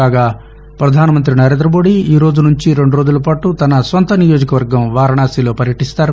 కాగా ప్రధానమంత్రి నరేంద్రమోడీ ఈరోజు నుంచి రెండు రోజుల పాటు తన సొంత నియోజకవర్గం వారణాసిలో పర్యటిస్తారు